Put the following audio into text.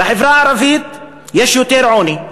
בחברה הערבית יש יותר עוני,